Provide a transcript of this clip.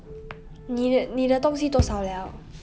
你的你的东西多少了